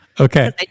Okay